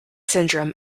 syndrome